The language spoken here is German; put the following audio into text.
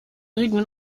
regeln